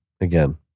again